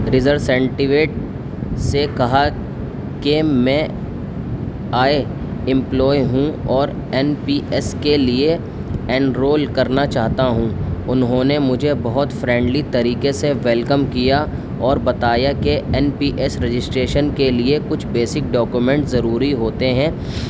razor سینٹیویٹ سے کہا کہ میں آئے امپلوائی ہوں اور این پی ایس کے لیے اینرول کرنا چاہتا ہوں انہوں نے مجھے بہت فرینڈلی طریقے سے ویلکم کیا اور بتایا کہ این پی ایس رجسٹریشن کے لیے کچھ بیسک ڈاکیومینٹ ضروری ہوتے ہیں